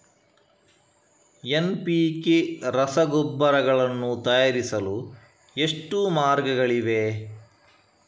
NPK ರಸಗೊಬ್ಬರಗಳನ್ನು ತಯಾರಿಸಲು ಎಷ್ಟು ಮಾರ್ಗಗಳಿವೆ?